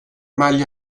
maglia